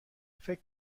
فکر